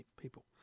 people